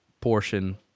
portion